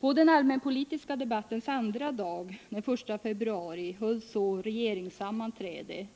På den allmänpolitiska debattens andra dag, den 1 februari, hölls så regeringssammanträde.